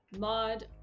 mod